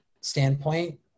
standpoint